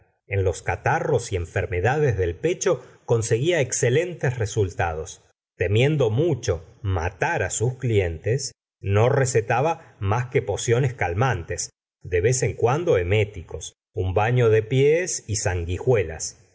en los catarros y enfermedades del pecho conseguía excelentes resultados temiendo mucho matar sus clientes no recetaba más que pociones calmantes de vez en cuando eméticos un bario de pies y sanguijuelas